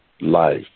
life